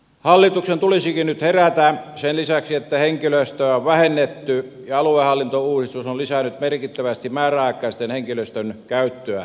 hallituksen tulisikin nyt herätä sen lisäksi että henkilöstöä on vähennetty ja aluehallintouudistus on lisännyt merkittävästi määräaikaisen henkilöstön käyttöä virastoissa